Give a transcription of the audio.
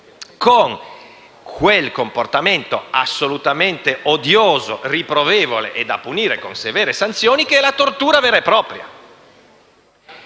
con quel comportamento assolutamente odioso, riprovevole e da punire con severe sanzioni che è la tortura vera e propria.